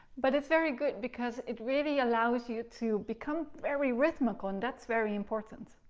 but it's very good because it really allows you to become very rhythmical, and that's very important.